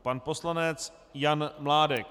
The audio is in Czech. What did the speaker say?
Pan poslanec Jan Mládek.